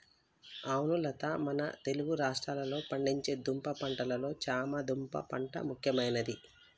అవును లత మన తెలుగు రాష్ట్రాల్లో పండించే దుంప పంటలలో చామ దుంప పంట ముఖ్యమైనది